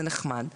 זה נחמד,